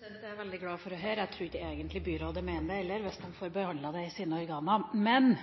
til oppfølgingsspørsmål. Det er jeg veldig glad for å høre. Jeg tror ikke egentlig byrådet mener det heller hvis det får behandlet det i sine organer. Men